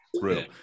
real